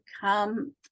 come